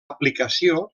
aplicació